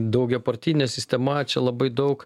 daugiapartinė sistema čia labai daug